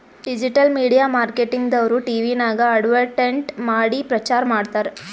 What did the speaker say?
digital media marketing ದವ್ರು ಟಿವಿನಾಗ್ advertisement ಮಾಡಿ ಪ್ರಚಾರ್ ಮಾಡ್ತಾರ್